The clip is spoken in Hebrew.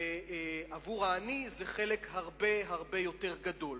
ובעבור העני זה חלק הרבה הרבה יותר גדול.